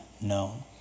known